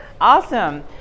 Awesome